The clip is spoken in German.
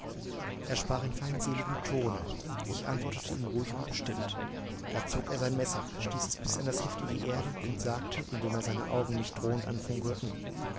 er sprach in feindseligem tone ich antwortete ihm ruhig und bestimmt da zog er sein messer stieß es bis an das heft in die erde und sagte indem seine augen mich drohend anfunkelten